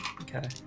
Okay